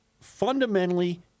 fundamentally